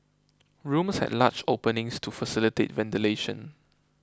rooms had large openings to facilitate ventilation